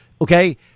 okay